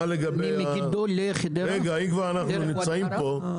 אם אנחנו כבר נמצאים פה,